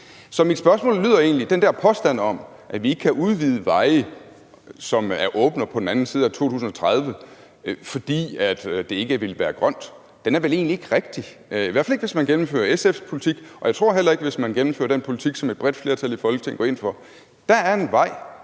Så mit spørgsmål lyder egentlig: Den der påstand om, at vi ikke kan udvide veje, som åbner på den anden side af 2030, fordi det ikke vil være grønt, er vel ikke rigtig, i hvert fald ikke hvis man gennemfører SF's politik, og heller ikke hvis man gennemfører den politik, som et bredt flertal i Folketinget går ind for? Der er en vej,